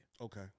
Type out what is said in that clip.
Okay